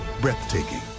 breathtaking